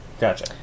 Gotcha